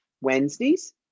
Wednesdays